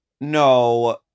No